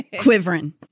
Quivering